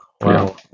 Wow